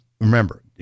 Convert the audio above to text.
remember